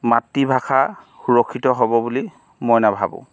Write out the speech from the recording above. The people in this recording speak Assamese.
মাতৃভাষা সুৰক্ষিত হ'ব বুলি মই নাভাবোঁ